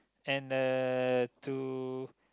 and uh to